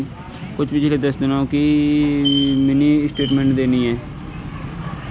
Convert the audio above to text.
मुझे पिछले दस दिनों की लेन देन की मिनी स्टेटमेंट देखनी है